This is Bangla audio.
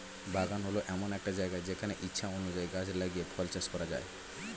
বাগান হল এমন একটা জায়গা যেখানে ইচ্ছা অনুযায়ী গাছ লাগিয়ে ফল চাষ করা যায়